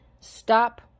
stop